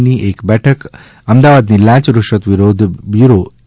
ની એક બેઠક અમદાવાદની લાંચ રૂશવત વિરોધ બ્યુરો એ